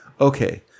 okay